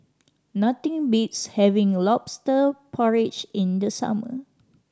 nothing beats having Lobster Porridge in the summer